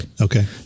Okay